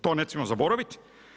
To ne smijemo zaboraviti.